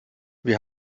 wir